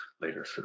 later